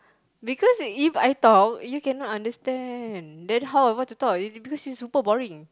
because If I talk you cannot understand then how am I to talk it's because it's super boring